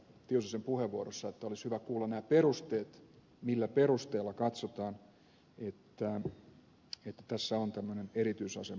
tiusasen puheenvuorossa että olisi hyvä kuulla nämä perusteet millä perusteella katsotaan että tässä on kyseessä tämmöinen erityisasema